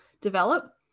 develop